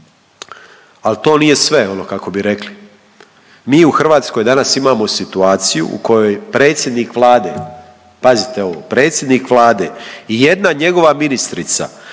Al to nije sve, ono kako bi rekli. Mi u Hrvatskoj danas imamo situaciju u kojoj predsjednik Vlade, pazite ovo, predsjednik Vlade i jedna njegova ministrica